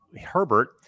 Herbert